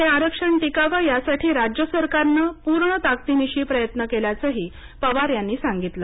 हे आरक्षण टिकावं यासाठी राज्य सरकारनं पूर्ण ताकदीनिशी प्रयत्न केल्याचंही पवार यांनी सांगितलं